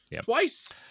twice